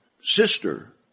sister